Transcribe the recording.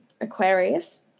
Aquarius